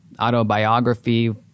autobiography